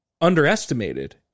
underestimated